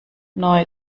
neu